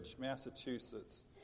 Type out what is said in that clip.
Massachusetts